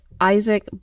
Isaac